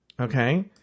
Okay